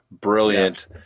Brilliant